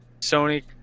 Sony